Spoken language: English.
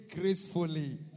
gracefully